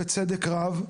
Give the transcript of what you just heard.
בצדק רב,